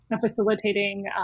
facilitating